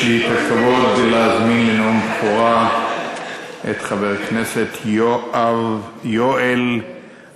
יש לי הכבוד להזמין לנאום בכורה את חבר הכנסת יואל רזבוזוב,